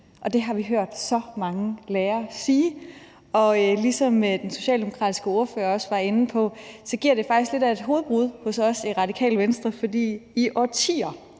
Og det har vi hørt så mange lærere sige. Ligesom den socialdemokratiske ordfører også var inde på, giver det faktisk lidt af et hovedbrud hos os i Radikale Venstre, for i årtier